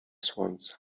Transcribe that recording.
słońca